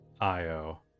Io